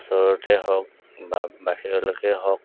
ওচৰতে হওক বা বাহিৰলৈকে হওক